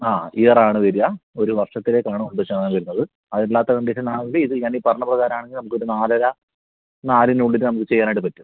ആ ഇയർ ആണ് വരിക ഒരു വർഷത്തിലേക്കാണ് ഒമ്പത് ശതമാനം വരുന്നത് അതല്ലാത്ത കണ്ടീഷനാണെങ്കിൽ ഇത് ഞാൻ ഈ പറഞ്ഞ പ്രകാരം ആണെങ്കിൽ നമുക്കൊരു നാലര നാലിനുള്ളിൽ നമുക്ക് ചെയ്യാനായിട്ട് പറ്റും